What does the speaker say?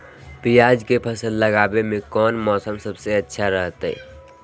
प्याज के फसल लगावे में कौन मौसम सबसे अच्छा रहतय?